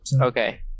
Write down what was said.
Okay